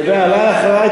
אתה יודע, אולי ההכרעה היא